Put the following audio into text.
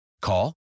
Call